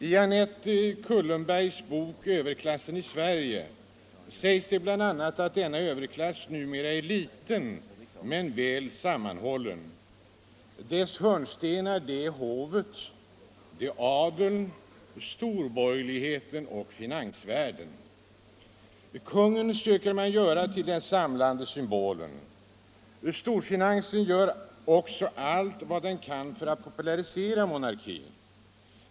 I Annette Kullenbergs bok Överklassen i Sverige sägs det bl.a. att denna överklass numera är liten men väl sammanhållen. Dess hörnstenar är hovet, adeln, storborgerligheten och finansvärlden. Kungen söker man göra till den samlande symbolen. Storfinansen gör också allt vad den kan för att popularisera monarkin.